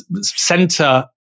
center